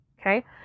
okay